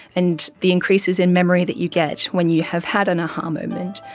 and the increases in memory that you get when you have had an a-ha um moment.